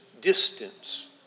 distance